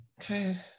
Okay